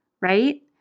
right